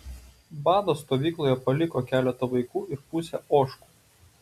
bado stovykloje paliko keletą vaikų ir pusę ožkų